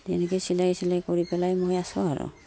তেনেকৈ চিলাই চিলাই কৰি পেলাই মই আছো আৰু